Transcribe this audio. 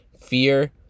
fear